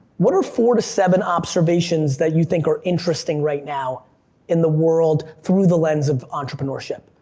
what are four to seven observations that you think are interesting right now in the world through the lens of entrepreneurship?